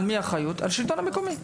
האחריות היא על השלטון המקומי.